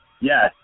Yes